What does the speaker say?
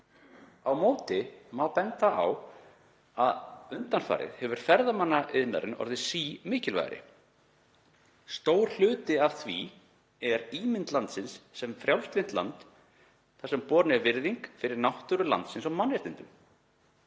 Á móti má benda á að undanfarið hefur ferðaþjónustan orðið sífellt mikilvægari. Stór hluti af því er ímynd landsins sem frjálslynds lands þar sem borin er virðing fyrir náttúru landsins og mannréttindum.